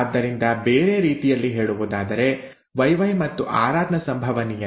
ಆದ್ದರಿಂದ ಬೇರೆ ರೀತಿಯಲ್ಲಿ ಹೇಳುವುದಾದರೆ YY ಮತ್ತು RRನ ಸಂಭವನೀಯತೆ